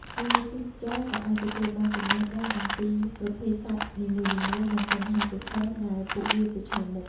ភ្ញៀវទេសចរក៏អាចទទួលបានចំណេះដឹងអំពីប្រភេទសត្វនីមួយៗ និងបញ្ហាប្រឈមដែលពួកវាប្រឈមមុខ។